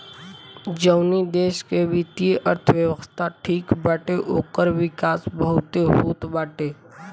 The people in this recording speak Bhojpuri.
जवनी देस के वित्तीय अर्थव्यवस्था ठीक बाटे ओकर विकास बहुते होत बाटे